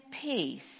peace